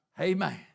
Amen